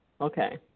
Okay